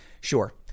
Sure